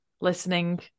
listening